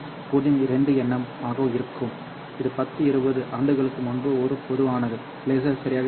2mn ஆக இருக்கும் இது பத்து இருபது ஆண்டுகளுக்கு முன்பு ஒரு பொதுவானது லேசர் சரியாக இருக்கும்